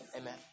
amen